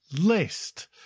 list